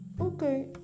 Okay